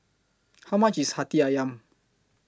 How much IS Hati Ayam